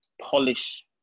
polish